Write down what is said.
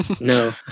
No